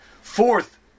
fourth